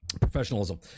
professionalism